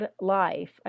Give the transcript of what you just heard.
life